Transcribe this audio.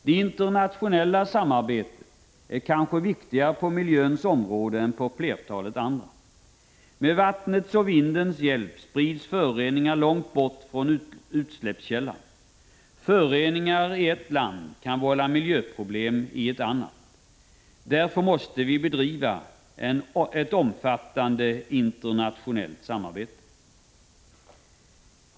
Det internationella samarbetet är kanske viktigare på miljöns område än på flertalet andra. Med vattnets och vindens hjälp sprids föroreningar långt bort från utsläppskällan. Föroreningar i ett land kan vålla miljöproblem i ett annat. Därför måste vi bedriva ett omfattande internationellt samarbete.